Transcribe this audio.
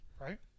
Right